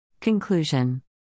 Conclusion